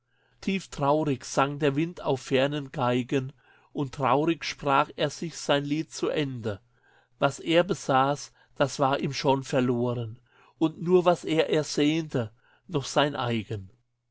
tieftraurig sang der wind auf fernen geigen und traurig sprach er sich sein lied zu ende was er besaß das war ihm schon verloren und nur was er ersehnte noch sein eigen